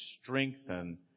strengthen